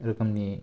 रोखोमनि